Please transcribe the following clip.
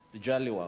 והבה.